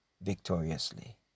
Victoriously